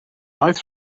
oedd